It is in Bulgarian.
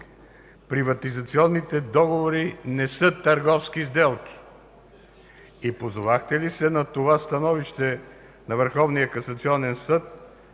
приватизационните договори не са търговски сделки? Позовахте ли се на това становище на